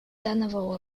данного